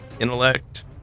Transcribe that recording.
intellect